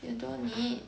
you don't need